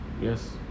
Yes